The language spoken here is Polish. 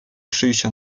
przyjścia